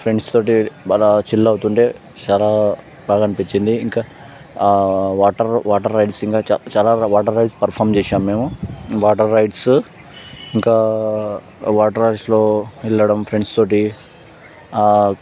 friends తోటి chill అవుతుంటే చాలా బాగనిపించింది ఇంకా వాటర్ వాటర్ రైడ్స్ ఇంకా చాల వాటర్ రైడ్స్ పర్ఫాం చేశాము వాటర్ రైడ్స్ ఇంకా వాటర్ రైడ్స్లో వెళ్లడం ఫ్రెండ్స్ తోటి